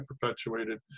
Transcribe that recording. perpetuated